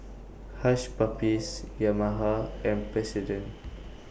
Hush Puppies Yamaha and President